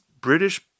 British